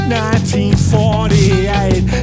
1948